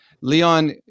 Leon